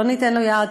לא ניתן לו יד.